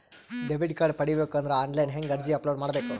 Debit card ಪಡಿಬೇಕು ಅಂದ್ರ online ಹೆಂಗ್ ಅರ್ಜಿ ಅಪಲೊಡ ಮಾಡಬೇಕು?